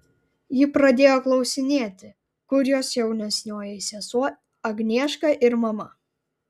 ji pradėjo klausinėti kur jos jaunesnioji sesuo agnieška ir mama